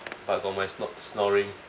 but got my snore snoring